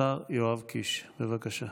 השר יואב קיש, בבקשה.